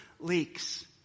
Leaks